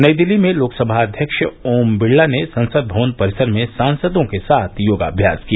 नई दिल्ली में लोकसभा अध्यक्ष ओम बिड़ला ने संसद भवन परिसर में सांसदों के साथ योगाभ्यास किया